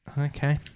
Okay